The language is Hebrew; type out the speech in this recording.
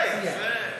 זה יפה.